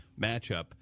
matchup